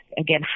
again